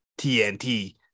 tnt